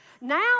Now